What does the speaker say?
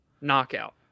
knockout